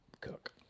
cook